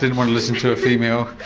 didn't want to listen to a female.